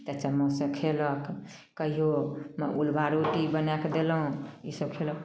तऽ चम्मचसँ खयलक कहियो उलबा रोटी बनाए कऽ देलहुँ ईसब खयलक